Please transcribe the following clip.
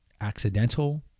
accidental